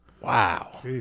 Wow